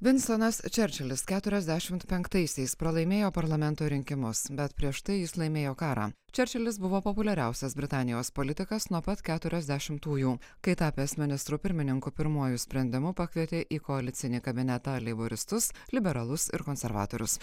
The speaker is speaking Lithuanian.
vinstonas čerčilis keturiasdešimt penktaisiais pralaimėjo parlamento rinkimus bet prieš tai jis laimėjo karą čerčilis buvo populiariausias britanijos politikas nuo pat keturiasdešimtųjų kai tapęs ministru pirmininku pirmuoju sprendimu pakvietė į koalicinį kabinetą leiboristus liberalus ir konservatorius